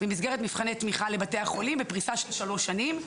במסגרת מבחני תמיכה לבתי החולים בפריסה של שלוש שנים,